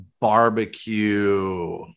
barbecue